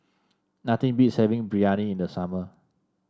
nothing beats having Biryani in the summer